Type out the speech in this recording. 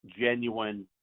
genuine